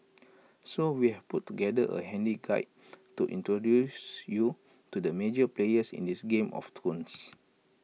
so we've put together A handy guide to introduce you to the major players in this game of thrones